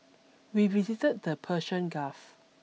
we visited the Persian Gulf